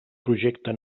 projecte